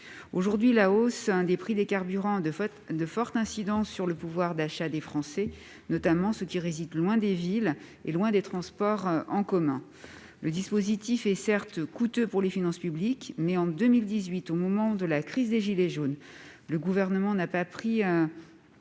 Aujourd'hui, la hausse des prix des carburants a de fortes incidences sur le pouvoir d'achat des Français, notamment de ceux qui résident loin des villes et des transports en commun. Le dispositif est certes coûteux pour les finances publiques. Mais, en 2018, au moment de la crise des gilets jaunes, le Gouvernement n'a pas pris